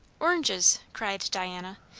oranges! cried diana.